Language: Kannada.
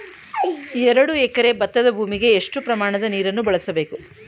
ಎರಡು ಎಕರೆ ಭತ್ತದ ಭೂಮಿಗೆ ಎಷ್ಟು ಪ್ರಮಾಣದ ನೀರನ್ನು ಬಳಸಬೇಕು?